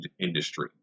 industry